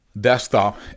desktop